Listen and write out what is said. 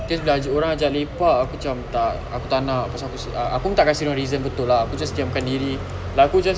case bila orang ajak lepak aku cam tak aku tak nak aku tak kasi dorang reason betul lah aku just diam kan diri aku just